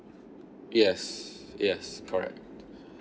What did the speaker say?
yes yes correct